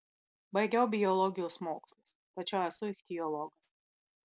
baigiau biologijos mokslus tačiau esu ichtiologas